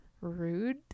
Rude